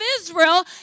Israel